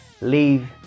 leave